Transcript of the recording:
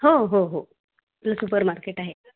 हो हो हो सुपर मार्केट आहे